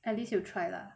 at least you try lah